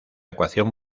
ecuación